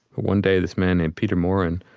one day, this man named peter maurin,